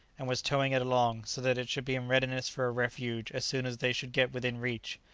and was towing it along, so that it should be in readiness for a refuge as soon as they should get within reach.